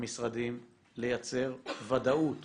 מהמשרדים לייצר ודאות